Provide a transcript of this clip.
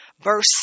verse